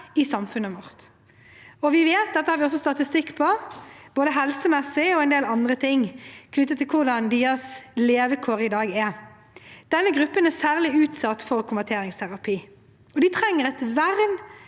i samfunnet vårt. Vi vet, og dette har vi også statistikk på, at det gjelder både helsemessige og en del andre ting knyttet til hvordan deres levekår i dag er. Denne gruppen er særlig utsatt for konverteringsterapi, og de trenger et vern